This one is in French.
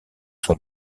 son